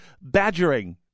badgering